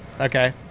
okay